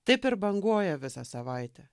taip ir banguoja visą savaitę